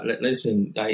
Listen